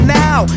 now